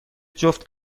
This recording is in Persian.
جفت